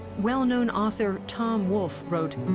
well-known author tom wolfe wrote,